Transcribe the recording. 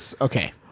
Okay